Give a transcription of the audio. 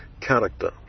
character